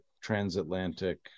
transatlantic